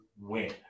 win